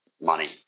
money